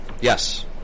Yes